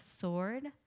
sword